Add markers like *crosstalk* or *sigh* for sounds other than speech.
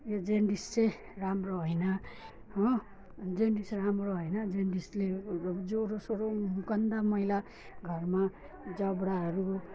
यो जन्डिस चाहिँ राम्रो होइन हो जन्डिस राम्रो होइन जन्डिसले *unintelligible* ज्वरो सोरो गन्दा मैला घरमा जबडाहरू